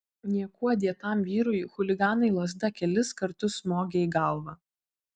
niekuo dėtam vyrui chuliganai lazda kelis kartus smogė į galvą